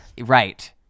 Right